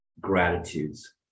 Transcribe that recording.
gratitudes